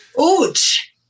Ouch